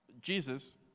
Jesus